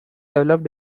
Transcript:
developed